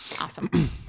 Awesome